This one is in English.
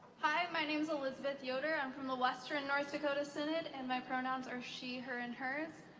hi, my name's elizabeth yoder um from the western north dakota synod and my pronouns are she, her and hers.